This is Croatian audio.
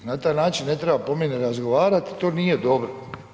Na taj način ne treba po meni ni razgovarat, to nije dobro.